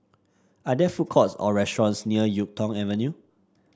are there food courts or restaurants near YuK Tong Avenue